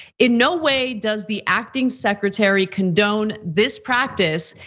in no way does the acting secretary condone this practice.